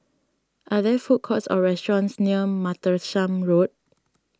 are there food courts or restaurants near Martlesham Road